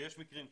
ויש מקרים כאלה,